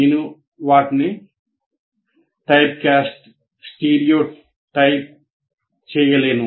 నేను వాటిని typecast stereotype చేయలేను